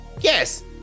Yes